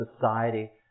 society